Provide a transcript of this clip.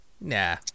Nah